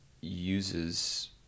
uses